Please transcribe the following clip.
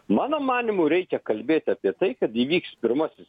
mano manymu reikia kalbėti apie tai kad įvyks pirmasis